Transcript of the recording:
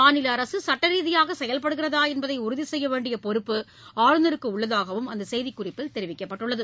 மாநில அரசு சுட்ட ரீதியாக செயல்படுகிறதா என்பதை உறுதி செய்ய வேண்டிய பொறுப்பு ஆளுநருக்கு உள்ளதாகவும் அந்த செய்திக் குறிப்பில் தெரிவிக்கப்பட்டுள்ளது